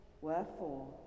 Wherefore